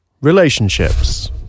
Relationships